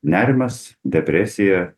nerimas depresija